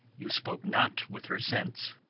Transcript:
you spoke not with her since?